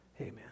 amen